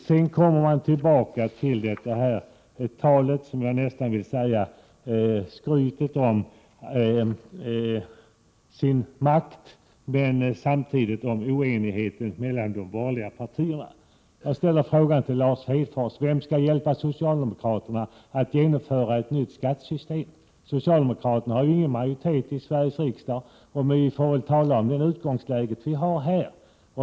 Lars Hedfors kommer tillbaka till talet — som nästan liknar skryt — om sin makt och om oenigheten mellan de borgerliga partierna. I samband därmed vill jag fråga: Vem skall hjälpa socialdemokraterna att genomföra ett nytt skattesystem? Socialdemokraterna har ju ingen majoritet i Sveriges riksdag, och man bör nog hålla sig till det utgångsläge man har.